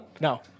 No